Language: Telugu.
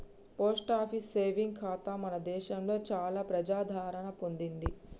పోస్ట్ ఆఫీస్ సేవింగ్ ఖాతా మన దేశంలో చాలా ప్రజాదరణ పొందింది